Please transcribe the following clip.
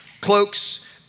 cloaks